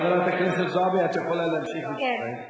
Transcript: חברת הכנסת זועבי, את יכולה להמשיך בדברייך.